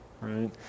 Right